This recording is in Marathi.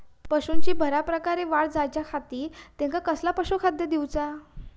पशूंची बऱ्या प्रकारे वाढ जायच्या खाती त्यांका कसला पशुखाद्य दिऊचा?